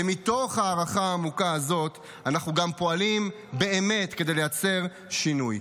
ומתוך ההערכה העמוקה הזאת אנחנו גם פועלים באמת כדי לייצר שינוי.